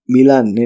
Milan